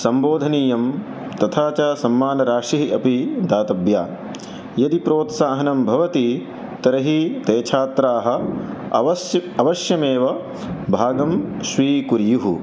सम्बोधनीयं तथा च सम्मानराशिः अपि दातव्या यदि प्रोत्साहनं भवति तर्हि ते छात्राः अवश्यमेव भागं स्वीकुर्युः